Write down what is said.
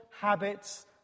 habits